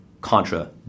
contra